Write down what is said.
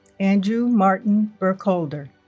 andrew martin burkholder